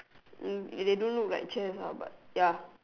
mm they don't look like chairs ah but ya